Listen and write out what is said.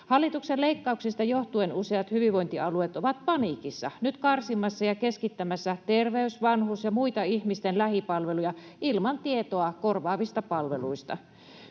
Hallituksen leikkauksista johtuen useat hyvinvointialueet ovat nyt paniikissa karsimassa ja keskittämässä terveys-, vanhus- ja muita ihmisten lähipalveluja ilman tietoa korvaavista palveluista.